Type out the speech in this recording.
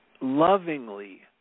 lovingly